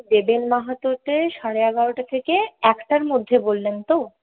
দেবেন মাহাতোতে সাড়ে এগারোটা থেকে একটার মধ্যে বললেন তো